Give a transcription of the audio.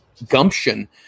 gumption